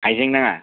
हाइजें नाङा